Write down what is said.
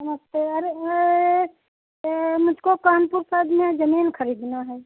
नमस्ते अरे मुझको कानपुर साइड में ज़मीन ख़रीदना है